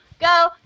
go